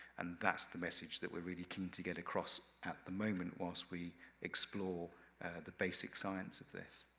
and that's the message that we're really keen to get across at the moment was, we explore the basic science of this.